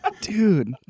dude